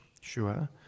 sure